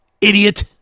idiot